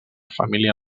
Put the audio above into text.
família